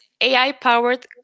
AI-powered